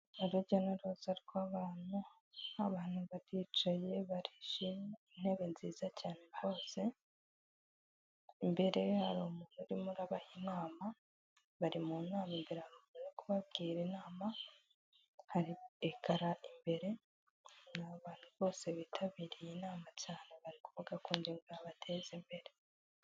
Urujya n'uruza rw'abantu, abantu baricaye barishimye, intebe nziza cyane rwose, imbere hari umuntu uriho urabaha inama, bari mu nama imbere hari uri kubabwira inama, hari ekara imbere, ni abantu bose bitabiriye inama cyane bari kuvuga ku ngingo yabateze imbere.